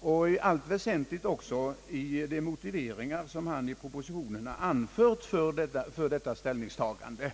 och i allt väsentligt också i de motiveringar, som han i propositionerna anfört för detta ställningstagande.